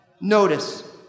Notice